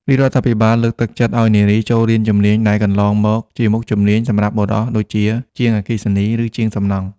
រាជរដ្ឋាភិបាលលើកទឹកចិត្តឱ្យនារីចូលរៀនជំនាញដែលកន្លងមកជាមុខជំនាញសម្រាប់បុរសដូចជា ជាងអគ្គិសនី ឬជាងសំណង់។